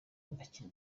akiri